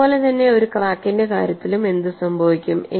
അതുപോലെ തന്നെ ഒരു ക്രാക്കിന്റെ കാര്യത്തിലും എന്തു സംഭവിക്കും